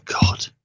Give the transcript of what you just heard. God